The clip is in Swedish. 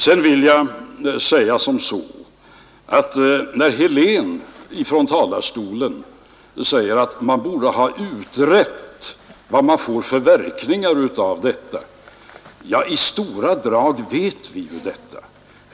Herr Helén säger från talarstolen att man borde ha utrett vad man får för verkningar av förslaget. I stora drag vet vi ju det.